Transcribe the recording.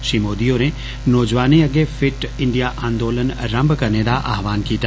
श्री मोदी होरें नौजोआनें अग्गे फिट इण्डिया आन्दोलन रम्भ करने दा आह्वान कीता